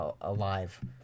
Alive